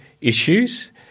issues